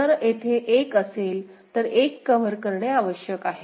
जर येथे 1 असेल तर 1 कव्हर करणे आवश्यक आहे